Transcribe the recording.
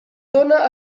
dóna